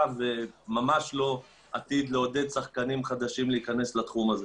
וממש לא עתיד לעודד שחקנים חדשים להיכנס לתחום הזה.